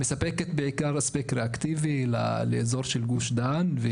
היא מספקת בעיקר הספק ריאקטיבי לאזור של גוש דן,